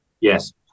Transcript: Yes